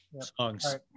songs